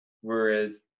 whereas